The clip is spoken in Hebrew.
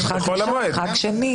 המועד?